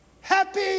happy